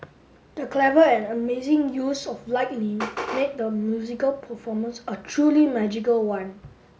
the clever and amazing use of lightning made the musical performance a truly magical one